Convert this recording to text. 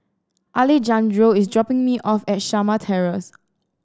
Alejandro is dropping me off at Shamah Terrace